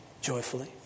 joyfully